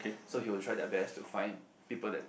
so he will try their best to find people that